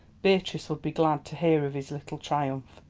beatrice would be glad to hear of his little triumph.